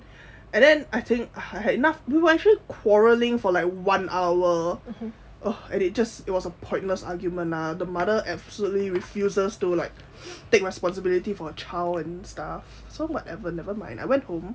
and then I think I had enough we were actually quarrelling for like one hour and it just it was a pointless argument lah the mother absolutely refuses to like take responsibility for her child and stuff so whatever nevermind I went home